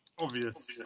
Obvious